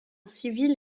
civile